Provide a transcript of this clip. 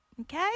Okay